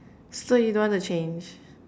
so you don't want to change